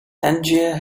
tangier